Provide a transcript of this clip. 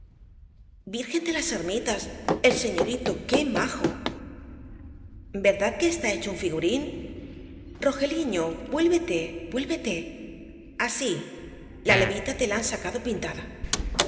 virgen de las ermitas el señorito qué majo verdad que está hecho un figurín rogeliño vuélvete vuélvete así la levita te la han sacado pintada